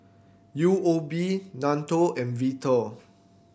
U O B NATO and Vital